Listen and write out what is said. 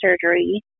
surgery